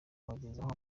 kubagezaho